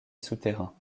souterrain